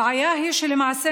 הבעיה היא שלמעשה,